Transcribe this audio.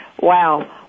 Wow